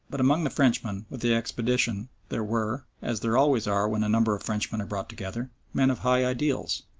but among the frenchmen with the expedition there were, as there always are when a number of frenchmen are brought together, men of high ideals,